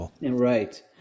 Right